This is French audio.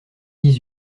dix